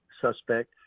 suspect